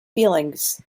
feelings